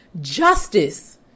justice